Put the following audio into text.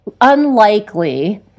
Unlikely